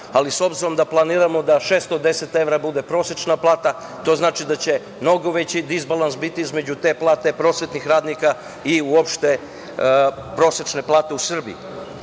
ali s obzirom da planiramo da 610 evra bude prosečna plata, to znači da će mnogo veći disbalans biti između te plate prosvetnih radnika i uopšte prosečne plate u Srbiji. Još